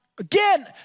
Again